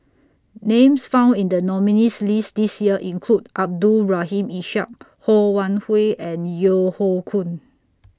Names found in The nominees' list This Year include Abdul Rahim Ishak Ho Wan Hui and Yeo Hoe Koon